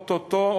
או-טו-טו,